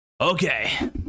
Okay